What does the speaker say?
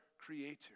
Creator